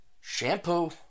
Shampoo